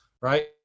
right